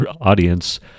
audience